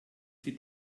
sie